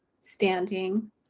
standing